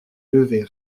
levées